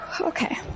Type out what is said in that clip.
Okay